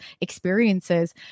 experiences